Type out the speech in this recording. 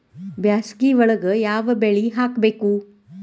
ಬ್ಯಾಸಗಿ ಒಳಗ ಯಾವ ಬೆಳಿ ಹಾಕಬೇಕು?